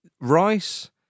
Rice